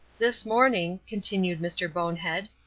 this morning, continued mr. bonehead,